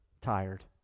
tired